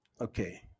Okay